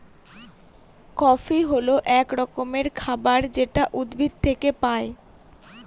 coffee হল এক রকমের খাবার যেটা উদ্ভিদ থেকে পায়